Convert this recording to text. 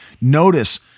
Notice